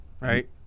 right